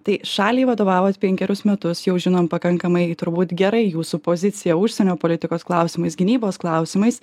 tai šaliai vadovavot penkerius metus jau žinom pakankamai turbūt gerai jūsų poziciją užsienio politikos klausimais gynybos klausimais